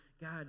God